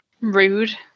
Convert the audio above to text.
Rude